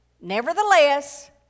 Nevertheless